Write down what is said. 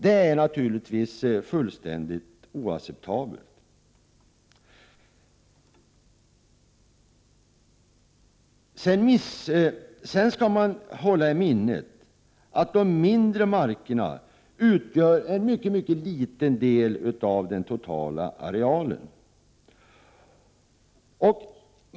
Det är naturligtvis fullständigt oacceptabelt. Sedan skall man hålla i minnet att de mindre markerna utgör en mycket liten del av den totala arealen.